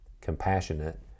compassionate